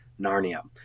Narnia